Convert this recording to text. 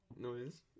noise